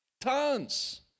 Tons